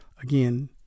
again